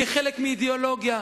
כחלק מאידיאולוגיה.